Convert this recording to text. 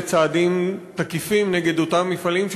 לצעדים תקיפים נגד אותם מפעלים,